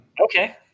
Okay